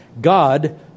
God